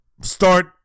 start